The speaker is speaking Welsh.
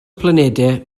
planedau